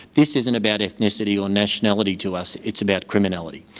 this isn't about ethnicity or nationality to us, it's about criminality.